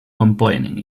complaining